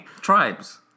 Tribes